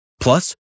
Plus